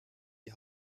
die